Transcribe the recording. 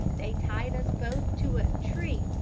they tied us both to a tree,